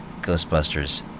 Ghostbusters